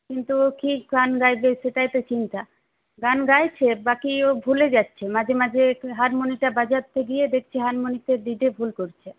কিন্তু ও কী গান গাইবে সেটাই তো চিন্তা গান গাইছে বাকি ও ভুলে যাচ্ছে মাঝে মাঝে হারমোনিয়ামটা বাজাতে গিয়ে দেখছি হারমোনিয়ামটার রিডে ভুল করছে